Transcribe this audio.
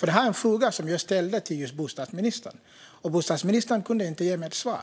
Det är en fråga som jag ställde till just bostadsministern, och bostadsministern kunde inte ge mig ett svar.